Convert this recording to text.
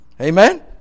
Amen